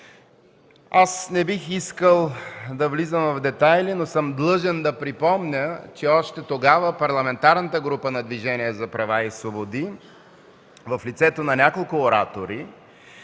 Не бих искал да влизам в детайли, но съм длъжен да припомня, че още тогава Парламентарната група на Движението за права и свободи в лицето на няколко оратори